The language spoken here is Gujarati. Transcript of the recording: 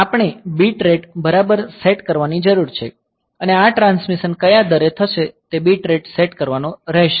આપણે બીટ રેટ બરાબર સેટ કરવાની જરૂર છે અને ટ્રાન્સમિશન કયા દરે થશે તે બીટ રેટ સેટ કરવાનો રહેશે